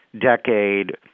decade